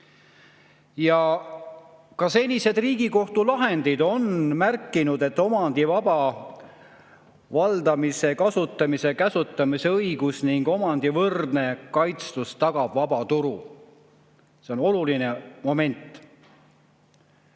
Ka senised Riigikohtu lahendid on märkinud, et omandi vaba valdamise, kasutamise ja käsutamise õigus ning omandi võrdne kaitstus tagab vaba turu. See on oluline moment.